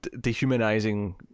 dehumanizing